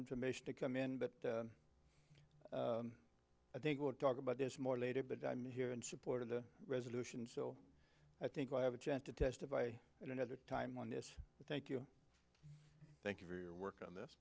information to come in but i think we'll talk about this more later but i'm here in support of the resolution so i think we'll have a chance to testify at another time on this thank you thank you for your work on this